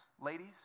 Ladies